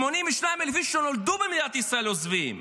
82,000 איש שנולדו במדינת ישראל עוזבים.